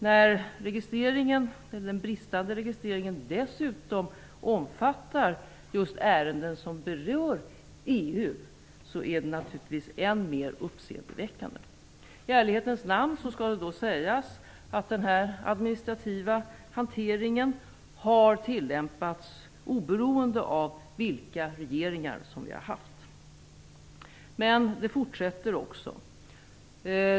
När den bristande registreringen dessutom omfattar just ärenden som berör EU är det naturligtvis än mer uppseendeväckande. I ärlighetens namn skall sägas att denna administrativa hantering har tillämpats oberoende av vilken regering vi har haft. Men det fortsätter också.